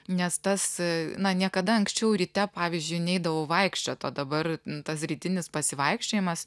nes tas na niekada anksčiau ryte pavyzdžiui neidavau vaikščiot o dabar tas rytinis pasivaikščiojimas